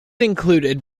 included